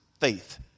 faith